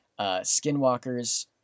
Skinwalkers